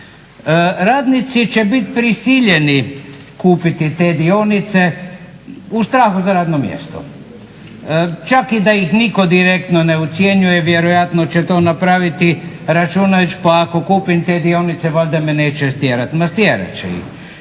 Radnici će biti prisiljeni kupiti te dionice u strahu za radno mjesto. Čak i da ih nitko direktno ne ucjenjuje vjerojatno će to napraviti računajući pa ako kupim te dionice valjda me neće otjerati. Ma otjerat će ih!